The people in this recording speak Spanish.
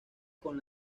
con